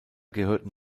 gehörten